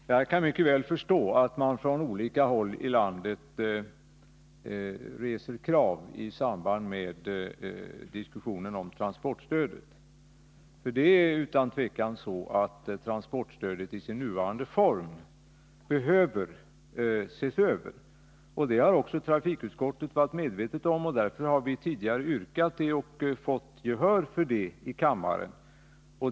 Fru talman! Jag kan mycket väl förstå att man från olika håll i landet reser krav i samband med diskussionen om transportstödet. Det är utan tvivel så att transportstödet i sin nuvarande form behöver ses över. Det har trafikutskottet också varit medvetet om, och därför har vi tidigare yrkat att så skulle ske och fått gehör för det i kammaren.